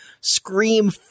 Scream